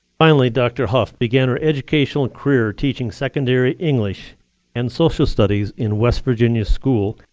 finally, dr. hough began her educational and career teaching secondary english and social studies in west virginia school,